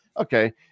okay